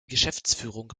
geschäftsführung